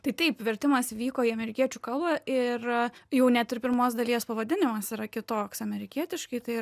tai taip vertimas vyko į amerikiečių kalbą ir jau net ir pirmos dalies pavadinimas yra kitoks amerikietiškai tai